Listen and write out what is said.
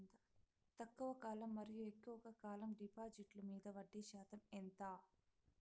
తక్కువ కాలం మరియు ఎక్కువగా కాలం డిపాజిట్లు మీద వడ్డీ శాతం ఎంత?